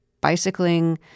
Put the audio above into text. bicycling